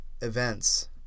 events